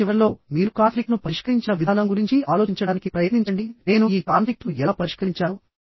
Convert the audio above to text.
దాని చివరలో మీరు కాన్ఫ్లిక్ట్ ను పరిష్కరించిన విధానం గురించి ఆలోచించడానికి ప్రయత్నించండిః నేను ఈ కాన్ఫ్లిక్ట్ ను ఎలా పరిష్కరించాను